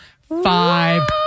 five